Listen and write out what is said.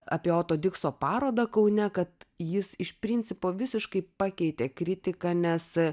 apie oto dikso parodą kaune kad jis iš principo visiškai pakeitė kritiką nes